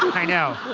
i know.